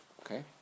Okay